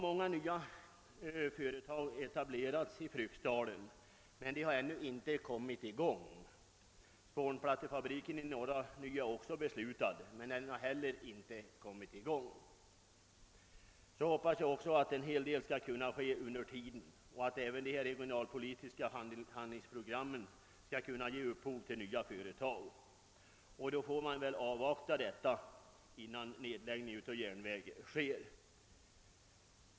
Många nya företag har etablerats i Fryksdalen, men de har ännu inte kommit i gång. Spånplattefabriken i Norra Ny har också beslutats men inte startat. Jag hoppas också att en hel del skall kunna ske under den närmaste framtiden och att de regionalpolitiska handlingsprogrammen kan ge upphov till nya företag. Därför bör man vänta med beslut rörande nedläggning av järnvägen.